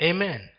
Amen